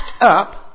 up